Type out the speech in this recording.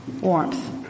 warmth